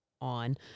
on